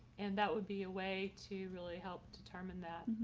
and that would be a way to really help detect um in that,